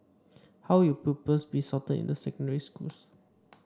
how will pupils be sorted into secondary schools